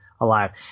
alive